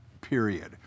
period